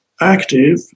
active